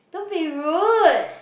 don't be rude